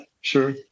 Sure